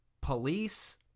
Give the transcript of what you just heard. police